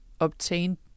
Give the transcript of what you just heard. Obtained